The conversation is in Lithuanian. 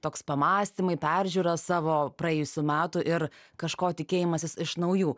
toks pamąstymai peržiūra savo praėjusių metų ir kažko tikėjimasis iš naujų